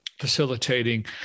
facilitating